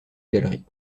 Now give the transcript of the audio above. galerie